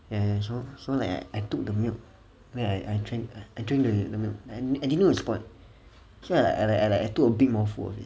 ya ya so so I like I took the milk then I I drank I drank the the milk I didn't know it's spoilt so I like I like took a big mouthful of it